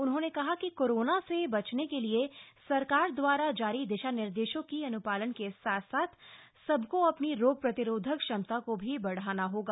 उन्होंने कहा कि कोरोना से बचाव के लिए सरकार द्वारा जारी दिशा निर्देशों की अन्पालन के साथ साथ सबको अपनी रोग प्रतिरोधक क्षमता को भी बढ़ाना होगा